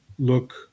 look